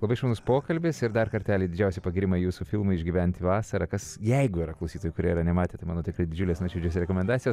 labai šaunus pokalbis ir dar kartelį didžiausi pagyrimai jūsų filmui išgyventi vasarą kas jeigu yra klausytojų kurie yra nematę tai mano tikrai didžiulės nuoširdžios rekomendacijos